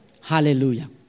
Hallelujah